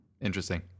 interesting